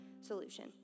solution